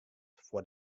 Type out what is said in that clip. foar